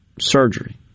surgery